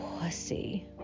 pussy